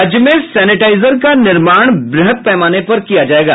राज्य में सेनेटाइजर का निर्माण वृहत पैमाने पर किया जायेगा